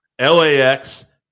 lax